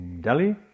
Delhi